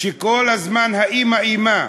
שכל הזמן האימא איימה: